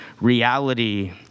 reality